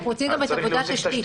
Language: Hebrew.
אנחנו רוצים גם את עבודת תשתית.